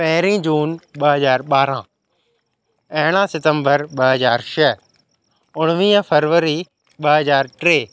पहिरीं जून ॿ हज़ार ॿारहं अरिड़हं सितंबर ॿ हज़ार छह उणिवीह फरवरी ॿ हज़ार टे